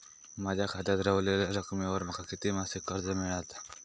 माझ्या खात्यात रव्हलेल्या रकमेवर माका किती मासिक कर्ज मिळात?